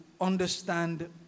understand